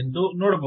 py ಎಂದು ನೋಡಬಹುದು